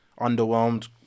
underwhelmed